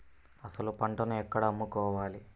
అసలు పంటను ఎక్కడ అమ్ముకోవాలి?